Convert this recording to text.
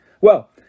Well